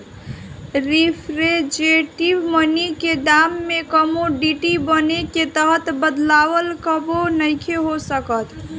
representative money के दाम में कमोडिटी मनी के तरह बदलाव कबो नइखे हो सकत